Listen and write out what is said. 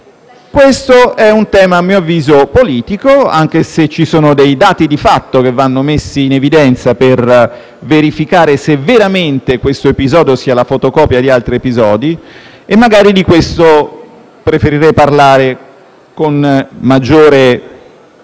Questo è un tema politico, a mio avviso, anche se ci sono dei dati di fatto che vanno messi in evidenza per verificare se veramente questo episodio sia la fotocopia di altri episodi. Magari di questo preferirei parlare con maggiore